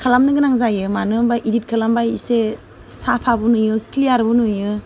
खालामनो गोनां जायो मानो होम्बा एडिट खालामोबा इसे साफाबो नुयो क्लियारबो नुयो